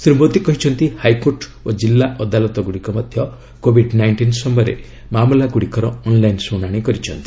ଶ୍ରୀ ମୋଦୀ କହିଛନ୍ତି ହାଇକୋର୍ଟ ଓ ଜିଲ୍ଲା ଅଦାଲତଗୁଡ଼ିକ ମଧ୍ୟ କୋବିଡ୍ ନାଇଷ୍ଟିନ୍ ସମୟରେ ମାମଲା ଗୁଡ଼ିକର ଅନ୍ଲାଇନ୍ ଶୁଣାଣି କରିଛନ୍ତି